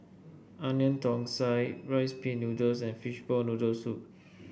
Onion Thosai Rice Pin Noodles and Fishball Noodle Soup